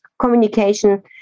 communication